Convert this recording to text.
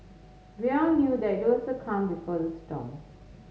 we all knew that it was the calm before the storm